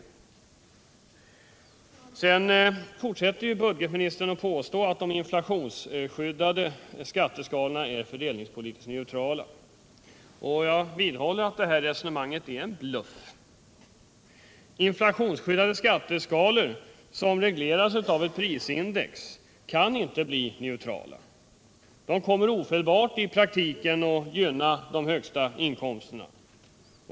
Budgetministern fortsätter med att påstå att de inflationsskyddade skatteskalorna är fördelningspolitiskt neutrala. Jag vidhåller att det resonemanget är en bluff. Inflationsskyddade skatteskalor som regleras av ett prisindex kan inte bli neutrala, utan de kommer ofelbart att i praktiken gynna dem som har de högsta inkomsterna.